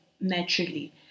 naturally